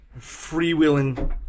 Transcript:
Freewheeling